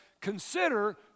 consider